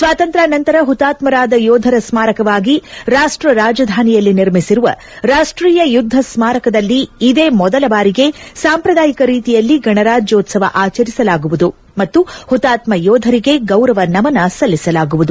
ಸ್ನಾತಂತ್ರಾ ನಂತರ ಹುತಾತ್ಮರಾದ ಯೋಧರ ಸ್ಮಾರಕವಾಗಿ ರಾಷ್ತ ರಾಜಧಾನಿಯಲ್ಲಿ ನಿರ್ಮಿಸಿರುವ ರಾಷ್ಟೀಯ ಯುದ್ದ ಸ್ಮಾರಕದಲ್ಲಿ ಇದೇ ಮೊದಲ ಬಾರಿಗೆ ಸಾಂಪ್ರದಾಯಿಕ ರೀತಿಯಲ್ಲಿ ಗಣರಾಜ್ಯೋತ್ಪವ ಆಚರಿಸಲಾಗುವುದು ಮತ್ತು ಹುತಾತ್ಮ ಯೋಧರಿಗೆ ಗೌರವ ನಮನ ಸಲ್ಲಿಸಲಾಗುವುದು